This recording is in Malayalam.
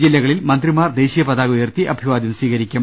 ജില്ലകളിൽ മന്ത്രിമാർ ദേശീയ പ്താക ഉയർത്തി അഭിവാദ്യം സ്വീകരിക്കും